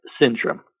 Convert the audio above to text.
syndrome